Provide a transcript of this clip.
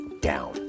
down